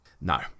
No